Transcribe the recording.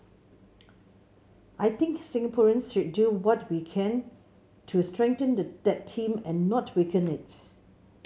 I think Singaporeans should do what we can to strengthened that team and not weaken it